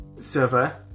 server